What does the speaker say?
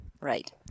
Right